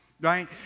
right